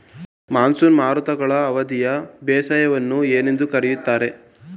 Monsoon ಮಾರುತಗಳ ಅವಧಿಯ ಬೇಸಾಯವನ್ನು ಏನೆಂದು ಕರೆಯುತ್ತಾರೆ?